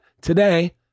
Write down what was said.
Today